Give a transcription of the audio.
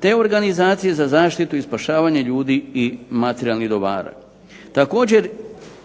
te organizacije za zaštitu i spašavanje ljudi i materijalnih dobara. Također